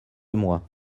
moi